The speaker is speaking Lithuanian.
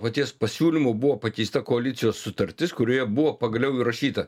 paties pasiūlymu buvo pakeista koalicijos sutartis kurioje buvo pagaliau įrašyta